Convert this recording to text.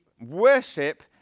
worship